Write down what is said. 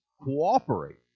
cooperate